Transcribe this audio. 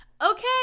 okay